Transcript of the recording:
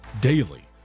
daily